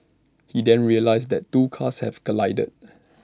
he then realised that two cars had collided